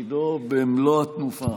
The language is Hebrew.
לתפקידו במלוא התנופה.